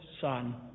Son